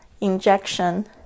injection